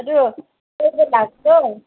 ꯑꯗꯨ ꯀꯣꯏꯕ ꯂꯥꯛꯀꯦ